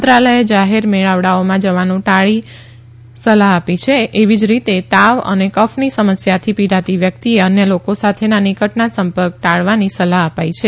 મંત્રાલયે જાહેર મેળાવડાઓમાં જવાનું ટાળવાની સલાહ આપી છે એવી જ રીતે તાવ અને કફની સમસ્યાથી પીડાતી વ્યક્તિએ અન્ય લોકો સાથેના નિકટના સંપર્ક ટાળવાની સલાહ્ અપાઇ છે